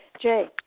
Jay